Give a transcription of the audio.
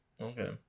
Okay